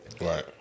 Right